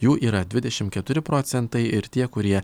jų yra dvidešimt keturi procentai ir tie kurie